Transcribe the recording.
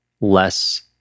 less